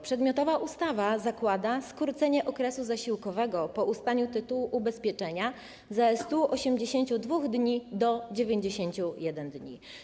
Przedmiotowa ustawa zakłada skrócenie okresu zasiłkowego po ustaniu tytułu ubezpieczenia ze 182 dni do 91 dni.